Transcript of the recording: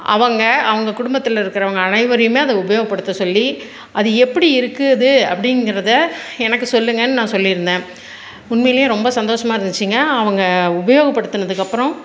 அவங்க அவங்க குடும்பத்தில் இருக்கிறவங்க அனைவரையுமே அதை உபயோகப்படுத்த சொல்லி அது எப்படி இருக்குது அப்படிங்கறத எனக்கு சொல்லுங்கன்னு நான் சொல்லியிருந்தேன் உண்மையிலயே ரொம்ப சந்தோசமாக இருந்துச்சுங்க அவங்க உபயோகப்படுத்துனதுக்கு அப்புறம்